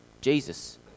Jesus